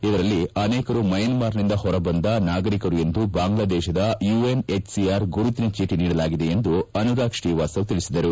ಇವರಲ್ಲಿ ಅನೇಕರು ಮ್ಯಾನ್ಮಾರ್ನಿಂದ ಹೊರಬಂದ ನಾಗರಿಕರು ಎಂದು ಬಾಂಗ್ವಾದೇಶದ ಯುಎನ್ಎಚ್ಸಿಆರ್ ಗುರುತಿನ ಚೀಟಿ ನೀಡಲಾಗಿದೆ ಎಂದು ಅನುರಾಗ್ ಶ್ರೀವಾಸ್ತವ್ ತಿಳಿಸಿದರು